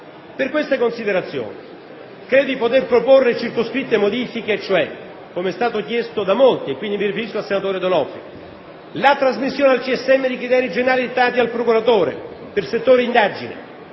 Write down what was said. Per queste considerazioni credo di poter proporre circoscritte modifiche, e cioè: come è stato chiesto da molti, ad esempio dal senatore D'Onofrio, la trasmissione al CSM dei criteri generali dettati dal procuratore per settori di indagine,